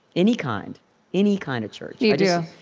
any kind any kind of church you yeah do? yeah